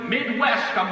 Midwest